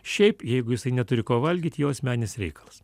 šiaip jeigu jisai neturi ko valgyt jo asmeninis reikalas